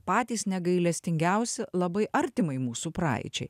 patys negailestingiausi labai artimai mūsų praeičiai